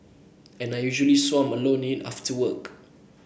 and I usually swam alone in it after work